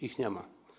Ich nie ma.